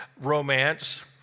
romance